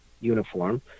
uniform